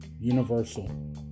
universal